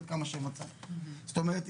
זאת אומרת,